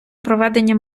проведення